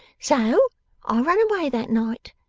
so i run away that night,